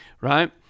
right